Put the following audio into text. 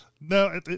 No